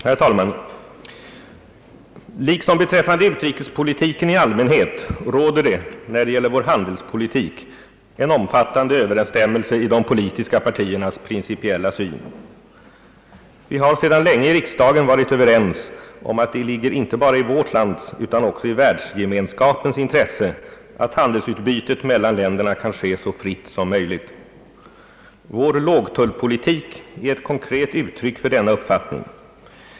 Herr talman! Liksom beträffande utrikespolitiken i allmänhet råder det, när det gäller vår handelspolitik, en omfattande överensstämmelse i de politiska partiernas principiella syn. Vi har sedan länge i riksdagen varit överens om att det ligger inte bara i vårt lands utan också i världsgemenskapens intresse att handelsutbytet mellan länderna kan ske så fritt som möjligt. Vår lågtullpolitik är ett konkret uttryck för denna uppfattning.